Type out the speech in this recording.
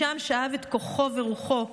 שמשם שאב את כוחו ורוחו,